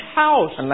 house